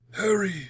Harry